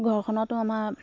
ঘৰখনতো আমাৰ